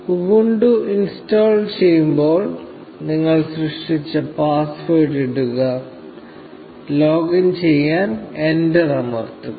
Ubuntu install ചെയ്യുമ്പോൾ നിങ്ങൾ സൃഷ്ടിച്ച പാസ്വേഡ് ഇടുക ലോഗിൻ ചെയ്യാൻ എന്റർ അമർത്തുക